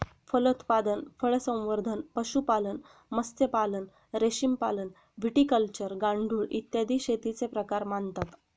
फलोत्पादन, फळसंवर्धन, पशुपालन, मत्स्यपालन, रेशीमपालन, व्हिटिकल्चर, गांडूळ, इत्यादी शेतीचे प्रकार मानतात